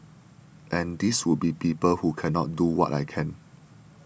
and these would be people who cannot do what I can